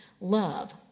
Love